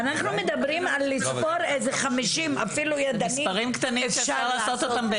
אנחנו מדברים על לספור איזה 50. אפילו ידנית אפשר לעשות את זה.